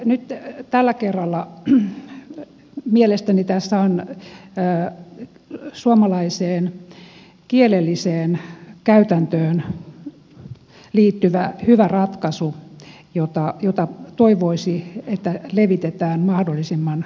nyt tällä kerralla mielestäni tässä on suomalaiseen kielelliseen käytäntöön liittyvä hyvä ratkaisu jota toivoisi että levitetään mahdollisimman laajalti